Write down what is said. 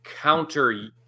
counter